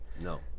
no